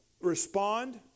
respond